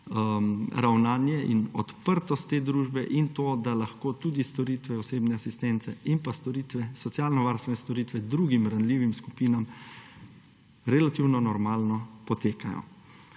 ravnanje in odprtost te družbe in to da lahko tudi storitve osebne asistence in socialnovarstvene storitve drugim ranljivim skupinam relativno normalno potekajo.